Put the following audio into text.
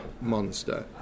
monster